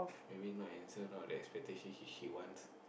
maybe not handsome not the expectation he he he wants